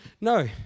no